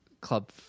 club